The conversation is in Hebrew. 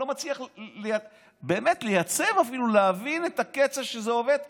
אני לא מצליח באמת לייצב אפילו ולהבין את הקצב שזה עובד כאן.